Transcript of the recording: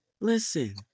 Listen